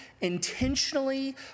intentionally